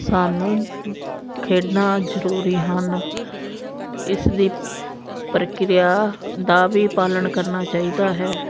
ਸਾਨੂੰ ਖੇਡਾਂ ਜ਼ਰੂਰੀ ਹਨ ਇਸ ਦੀ ਪ੍ਰਕਿਰਿਆ ਦਾ ਵੀ ਪਾਲਣ ਕਰਨਾ ਚਾਹੀਦਾ ਹੈ